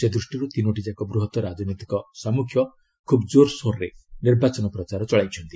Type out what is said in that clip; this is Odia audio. ସେ ଦୃଷ୍ଟିରୁ ତିନୋଟିଯାକ ବୃହତ ରାଜନୈତିକ ସାମ୍ପଖ୍ୟ ଖୁବ୍ ଜୋରସୋରରେ ନିର୍ବାଚନ ପ୍ରଚାର ଚଳାଇଛନ୍ତି